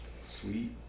Sweet